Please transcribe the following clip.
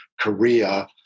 korea